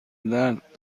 درد